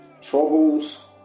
troubles